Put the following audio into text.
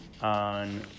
on